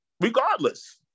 regardless